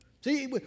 See